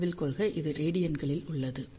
நினைவில் கொள்க இது ரேடியன்களில் உள்ளது